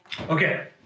Okay